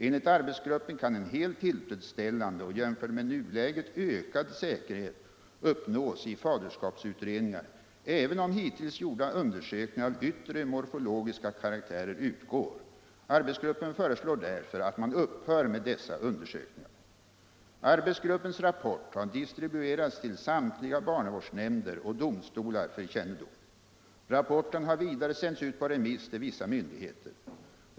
Enligt arbetsgruppen kan en helt tillfredsställande och jämfört med nuläget ökad säkerhet uppnås i faderskapsutredningar, även om hiutills gjorda undersökningar av yttre morfologiska karaktärer utgår. Arbetsgruppen föreslår därför att man upphör med dessa undersökningar. ” Arbetsgruppens rapport har distribuerats vill samtliga barnavårdsnämnder och domstolar för kännedom. Rapporten har vidare sänts ut på remiss till vissa myndigheter.